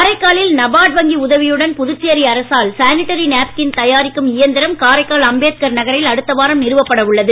கலைக்காலில் NABARD வங்கி உதவியுடன் புதுச்சேரி அரசால் சானிட்டரி நேப்கின் தயாரிக்கும் இயந்திரம் காரைக்கால் அம்பேத்கார் நகரில் அடுத்தவாரம் நிறுவப்பட உள்ளது